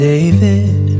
David